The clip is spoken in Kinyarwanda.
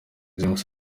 james